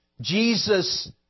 Jesus